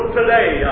today